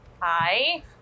hi